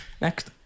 Next